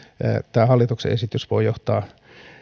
tämä hallituksen esitys voi johtaa